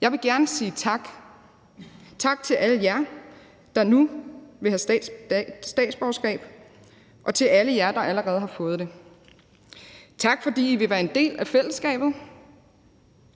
Jeg vil gerne sige tak. Tak til alle jer, der nu vil have statsborgerskab, og til alle jer, der allerede har fået det. Tak, fordi I vil være en del af fællesskabet.